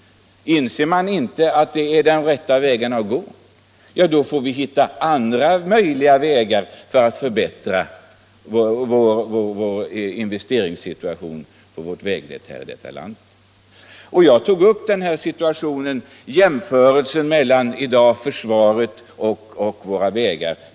Inser man inte där att det är rätta vägen att gå, får vi försöka hitta andra möjliga vägar för att förbättra vår investeringssituation och vägnätet i detta land. Jag tog upp hur olika situationen är när det gäller försvaret och när det gäller våra vägar.